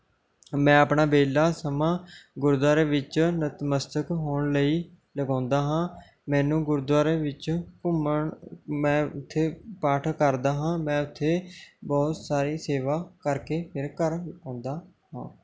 ਮੈਂ ਆਪਣਾ ਵਿਹਲਾ ਸਮਾਂ ਗੁਰਦੁਆਰੇ ਵਿੱਚ ਨਤਮਸਤਕ ਹੋਣ ਲਈ ਲਗਾਉਂਦਾ ਹਾਂ ਮੈਨੂੰ ਗੁਰਦੁਆਰੇ ਵਿੱਚ ਘੁੰਮਣ ਮੈਂ ਉੱਥੇ ਪਾਠ ਕਰਦਾ ਹਾਂ ਮੈਂ ਉੱਥੇ ਬਹੁਤ ਸਾਰੀ ਸੇਵਾ ਕਰਕੇ ਫਿਰ ਘਰ ਆਉਂਦਾ ਹਾਂ